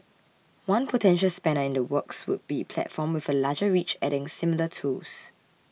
one potential spanner in the works would be platform with a larger reach adding similar tools